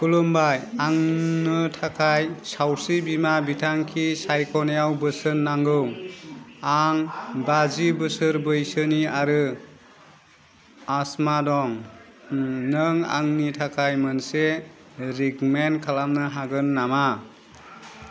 खुलुमबाय आंनो थाखाय सावस्रि बिमा बिथांखि सायख'नायाव बोसोन नांगौ आं बाजि बोसोर बैसोनि आरो आस्मा दं नों आंनि थाखाय मोनसे रिकमेन्ड खालामनो हागोन नामा